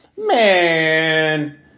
Man